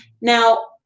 Now